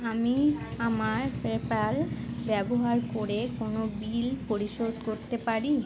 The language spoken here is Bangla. আমি আমার পেপ্যাল ব্যবহার করে কোনো বিল পরিশোধ করতে পারি